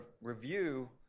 review